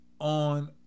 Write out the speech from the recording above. on